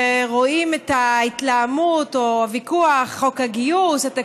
או הוויכוח: חוק הגיוס, התקציב,